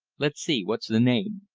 let's see what's the name?